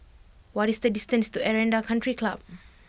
what is the distance to Aranda Country Club